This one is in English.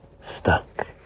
stuck